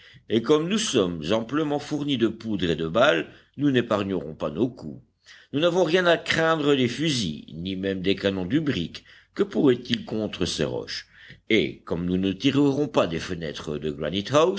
et comme nous sommes amplement fournis de poudre et de balles nous n'épargnerons pas nos coups nous n'avons rien à craindre des fusils ni même des canons du brick que pourraientils contre ces roches et comme nous ne tirerons pas des fenêtres de